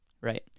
Right